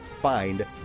find